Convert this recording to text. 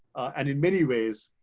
and in many ways,